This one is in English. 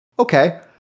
okay